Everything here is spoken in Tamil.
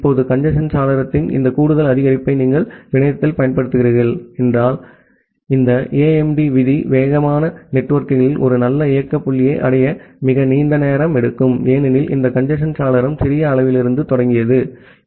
இப்போது கஞ்சேஸ்ன் சாளரத்தின் இந்த கூடுதல் அதிகரிப்பை நீங்கள் பிணையத்தில் பயன்படுத்துகிறீர்கள் என்றால் இந்த AIMD விதி வேகமான நெட்வொர்க்குகளில் ஒரு நல்ல இயக்க புள்ளியை அடைய மிக நீண்ட நேரம் எடுக்கும் ஏனெனில் இந்த கஞ்சேஸ்ன் சாளரம் சிறிய அளவிலிருந்து தொடங்கியது ஆகும்